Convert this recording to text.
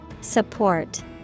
Support